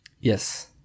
yes